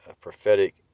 Prophetic